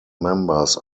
members